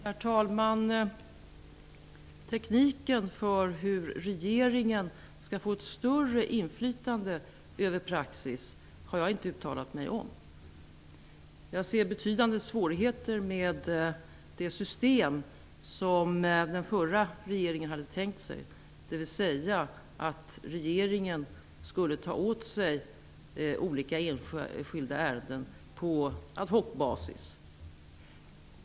Herr talman! Tekniken för hur regeringen skall få ett större inflytande över praxis har jag inte uttalat mig om. Jag ser betydande svårigheter med det system som den förra regeringen hade tänkt sig, dvs. att regeringen skulle ta åt sig olika enskilda ärenden på ad hoc-basis.